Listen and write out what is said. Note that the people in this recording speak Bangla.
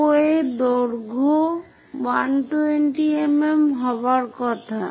OA দৈর্ঘ্য 120 mm হওয়ার কথা